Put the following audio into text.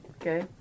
Okay